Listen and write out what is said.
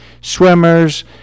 swimmers